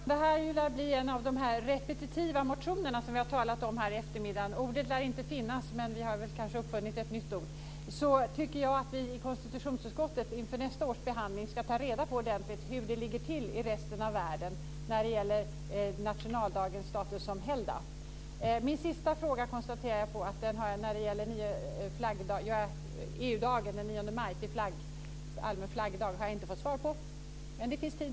Fru talman! Eftersom det här lär bli en av de repetitiva motionerna, som vi har talat om under eftermiddagen - vi har kanske uppfunnit ett nytt ord - tycker jag att vi i konstitutionsutskottet inför nästa års behandling ska ta reda på ordentligt hur det ligger till i resten av världen när det gäller nationaldagens status som helgdag. Min sista fråga, när det gällde att göra EU-dagen den 9 maj till allmän flaggdag, har jag inte fått svar på. Men det finns tid.